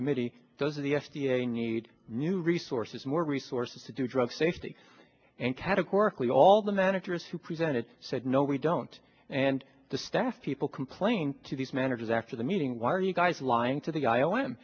committee does the f d a need new resources more resources to do drug safety and categorically all the managers who present it said no we don't and the staff people complained to these managers after the meeting why are you guys lying to the i